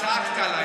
צעקת עליי,